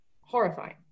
horrifying